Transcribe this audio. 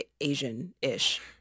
Asian-ish